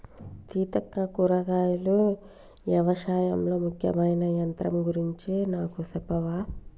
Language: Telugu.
సీతక్క కూరగాయలు యవశాయంలో ముఖ్యమైన యంత్రం గురించి నాకు సెప్పవా